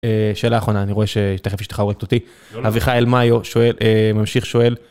שאלה אחרונה, אני רואה שתכף אשתך הורגת אותי. אביחי אלמיו שואל, ממשיך שואל.